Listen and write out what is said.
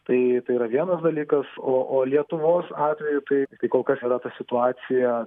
tai tai yra vienas dalykas o o lietuvos atveju tai kol kas yra ta situacija